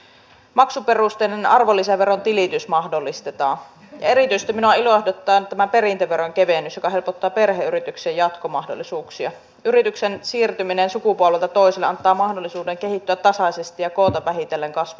se on ihan selvää että voi olla että joku toimenpide jolla ei sitten saada tuloksia voi jäädä vähän vähemmälle tässä kiristävässä tilanteessa mutta nämä eivät kuulu siihen